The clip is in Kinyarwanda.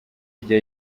ijya